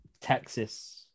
Texas